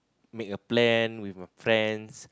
make a plan with my friends